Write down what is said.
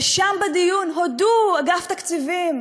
ושם בדיון הודו אגף התקציבים